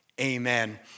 Amen